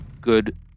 good